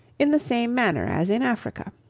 in the same manner as in africa.